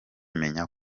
menya